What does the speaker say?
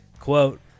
quote